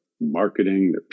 marketing